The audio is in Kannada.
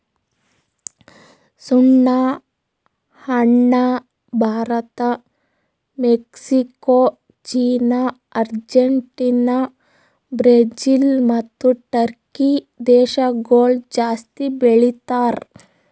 ಸುಣ್ಣ ಹಣ್ಣ Bharat, Mexico, China, Argentina, Brazil ಮತ್ತ ಟರ್ಕಿ ದೇಶಗೊಳ್ ಜಾಸ್ತಿ ಬೆಳಿತಾರ್